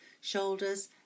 shoulders